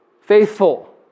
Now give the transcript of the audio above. faithful